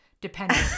depending